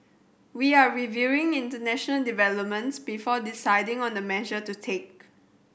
we are reviewing international developments before deciding on the measure to take